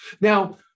Now